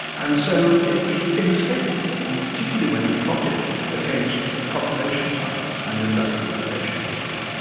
and so it's inescapable, and particularly when you plot it against population size and industrialisation history.